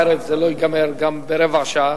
אחרת זה לא ייגמר גם ברבע שעה.